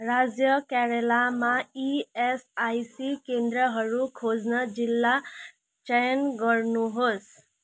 राज्य केरेलामा इएसआइसी केन्द्रहरू खोज्न जिल्ला चयन गर्नुहोस्